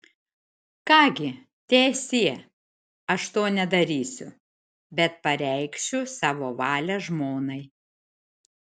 ką gi teesie aš to nedarysiu bet pareikšiu savo valią žmonai